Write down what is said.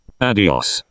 adios